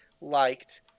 liked